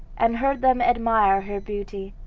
and heard them admire her beauty.